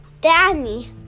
Danny